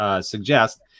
suggest